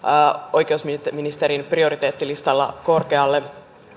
oikeusministerin prioriteettilistalla korkealle